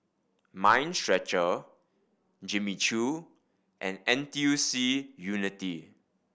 Mind Stretcher Jimmy Choo and N T U C Unity